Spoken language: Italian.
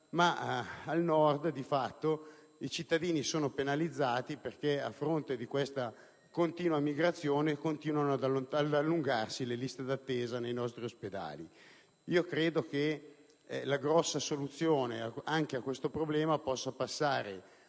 al Nord, di fatto, i cittadini sono penalizzati, perché, a fronte di questa continua migrazione, continuano ad allungarsi le liste di attesa degli ospedali. Credo che anche la soluzione a questo problema possa passare